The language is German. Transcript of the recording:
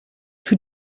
für